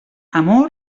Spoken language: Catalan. amor